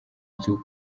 nzu